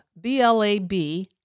B-L-A-B